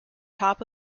top